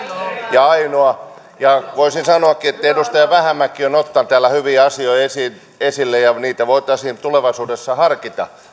ja ainoa voisin sanoakin että edustaja vähämäki on ottanut täällä hyvin asioita esille esille ja niitä voitaisiin tulevaisuudessa harkita